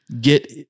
get